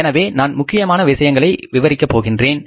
எனவே நான் முக்கியமான விஷயங்களை விவரிக்கப் போகிறேன்